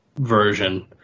version